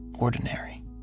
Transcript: ordinary